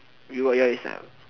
you what is time